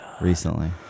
recently